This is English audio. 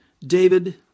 David